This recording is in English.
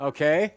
Okay